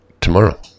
tomorrow